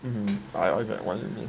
mmhmm I